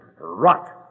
rot